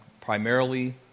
primarily